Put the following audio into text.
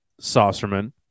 Saucerman